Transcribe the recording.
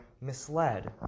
misled